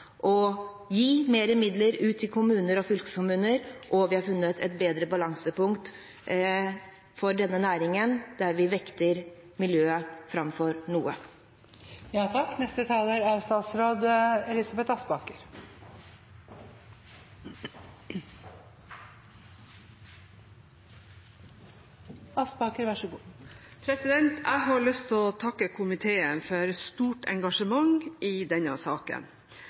å gi mer midler til kommuner og fylkeskommuner, og vi har funnet et bedre balansepunkt for denne næringen, der vi vekter miljøet framfor noe. Jeg har lyst til å takke komiteen for stort engasjement i denne saken.